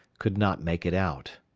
could not make it out.